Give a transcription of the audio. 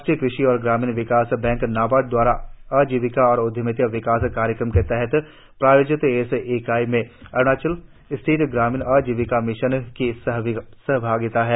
राष्ट्रीय कृषि और ग्रामीण विकास बैंक नाबार्ड दवारा आजीविका और उद्यमिता विकास कार्यक्रम के तहत प्रायोजित इस इकाई में अरुणाचल स्टेट ग्रामीण आजिविका मिशन की सहभागिता है